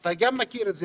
אתה מכיר את זה.